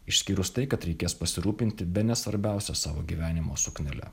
išskyrus tai kad reikės pasirūpinti bene svarbiausia savo gyvenimo suknele